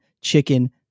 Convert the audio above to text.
chicken